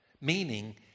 Meaning